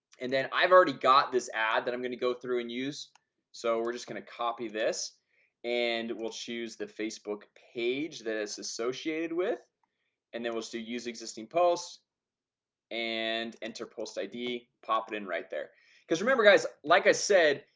and then i've already got this ad that i'm gonna go through and use so we're just gonna copy this and we'll choose the facebook page that it's associated with and then we'll do use existing post and enter post id pop it in right there because remember guys like i said,